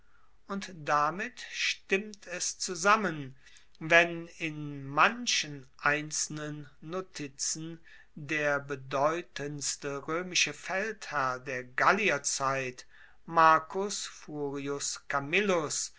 und damit stimmt es zusammen wenn in manchen einzelnen notizen der bedeutendste roemische feldherr der gallierzeit marcus furius camillus